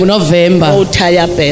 November